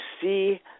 see